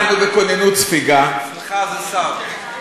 אנחנו בכוננות ספיגה, סליחה, זה שר.